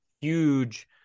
Huge